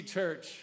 Church